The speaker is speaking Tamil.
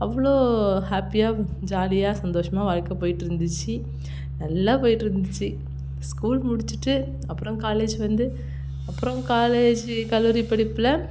அவ்வளோ ஹேப்பியாக ஜாலியாக சந்தோஷமாக வாழ்க்கை போயிட்ருந்துச்சு நல்லா போயிட்ருந்துச்சு ஸ்கூல் முடிச்சிட்டு அப்புறம் காலேஜ் வந்து அப்புறம் காலேஜி கல்லூரி படிப்பில்